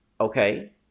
Okay